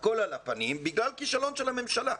הכול על הפנים בגלל כישלון של הממשלה,